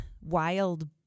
wild